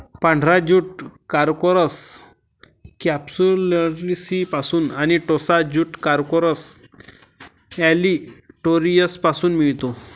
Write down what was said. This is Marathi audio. पांढरा ज्यूट कॉर्कोरस कॅप्सुलरिसपासून आणि टोसा ज्यूट कॉर्कोरस ऑलिटोरियसपासून मिळतो